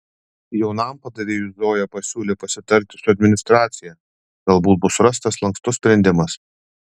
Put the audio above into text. jaunam padavėjui zoja pasiūlė pasitarti su administracija galbūt bus rastas lankstus sprendimas